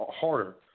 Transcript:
harder